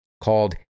called